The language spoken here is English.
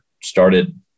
started